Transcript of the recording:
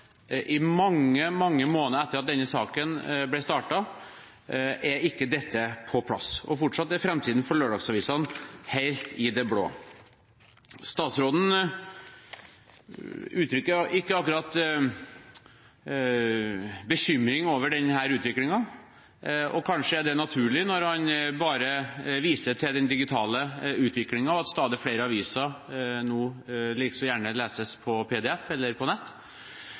– mange, mange måneder etter at denne saken ble startet – er ikke dette på plass. Fortsatt er framtiden for lørdagsavisene helt i det blå. Statsråden uttrykker ikke akkurat bekymring over denne utviklingen. Kanskje er det naturlig, når han bare viser til den digitale utviklingen og til at stadig flere aviser nå likeså gjerne leses på PDF eller på nett.